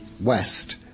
west